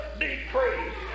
decrease